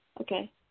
okay